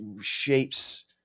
shapes